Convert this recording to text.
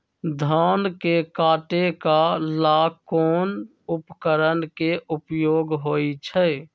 धान के काटे का ला कोंन उपकरण के उपयोग होइ छइ?